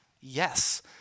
Yes